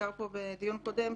שהוזכר פה בדיון קודם,